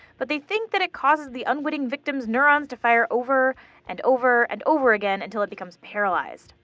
but they think that it causes the unwitting victims' neurons to fire over and over and over again until it becomes paralyzed.